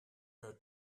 her